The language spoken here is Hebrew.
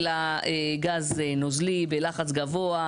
אלא גז נוזלי בלחץ גבוה.